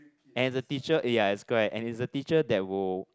and the teacher ya it's correct and he's a teacher that will